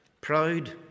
Proud